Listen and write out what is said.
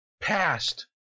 past